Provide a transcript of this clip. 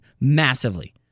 massively